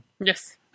Yes